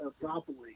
properly